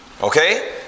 Okay